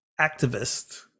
activist